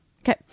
Okay